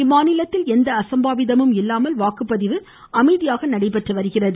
இம்மாநிலத்தில் எந்த அசம்பாவிதமும் இல்லாமல் வாக்குப்பதிவு அமைதியாக நடைபெற்று வருகிறது